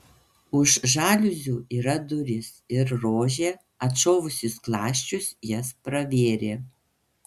už žaliuzių yra durys ir rožė atšovusi skląsčius jas pravėrė